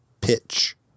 pitch